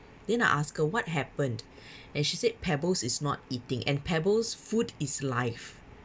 then I ask her what happened and she said pebbles is not eating and pebbles food is life